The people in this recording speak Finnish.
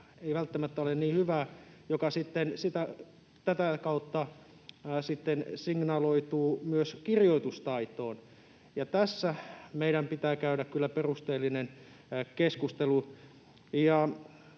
ei välttämättä ole niin hyvä, mikä sitten tätä kautta signaloituu myös kirjoitustaitoon. Tässä meidän pitää käydä kyllä perusteellinen keskustelu.